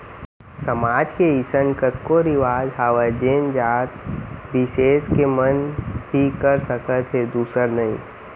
समाज के अइसन कतको रिवाज हावय जेन जात बिसेस के मन ही कर सकत हे दूसर नही